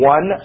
One